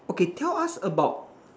okay tell us about